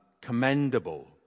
commendable